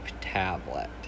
tablet